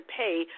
pay